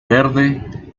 verde